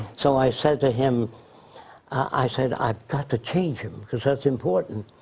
so, i said to him i said i've got to change him, cause that's important.